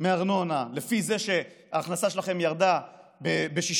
מארנונה לפי זה שההכנסה שלכם ירדה ב-60%,